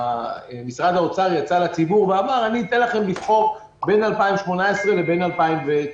משרד האוצר יצא לציבור ואמר אני אתן לכם לבחור בין 2018 לבין 2019,